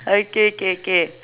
okay k k